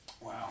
Wow